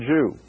Jew